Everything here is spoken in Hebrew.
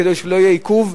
כדי שלא יהיה עיכוב,